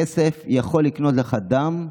כסף יכול לקנות לך דם,